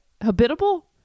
Habitable